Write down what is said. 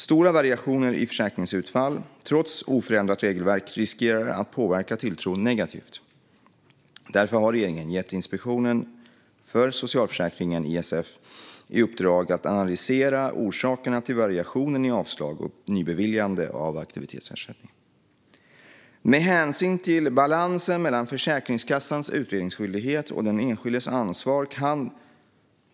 Stora variationer i försäkringsutfall trots oförändrat regelverk riskerar att påverka tilltron negativt. Därför har regeringen gett Inspektionen för socialförsäkringen, ISF, i uppdrag att analysera orsakerna till variationen i avslag och nybeviljande av aktivitetsersättning.